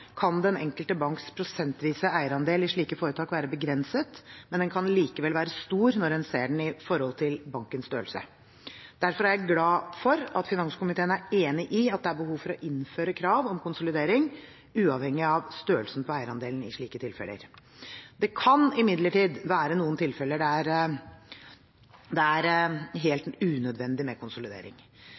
kan den enkelte banks prosentvise eierandel i slike foretak være begrenset, men den kan likevel være stor når en ser den i forhold til bankens størrelse. Derfor er jeg glad for at finanskomiteen er enig i at det er behov for å innføre krav om konsolidering uavhengig av størrelsen på eierandelen i slike tilfeller. Det kan imidlertid være noen tilfeller der det er helt unødvendig med konsolidering.